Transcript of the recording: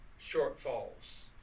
shortfalls